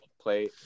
play